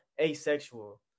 asexual